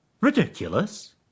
Ridiculous